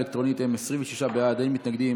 פיקוח אלקטרוני על אדם שהוצא כלפיו צו